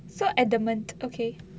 so adamant okay